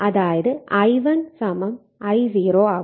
അതായത് I1 I0 ആവും